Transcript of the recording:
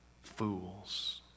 Fools